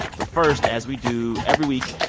but first, as we do every week,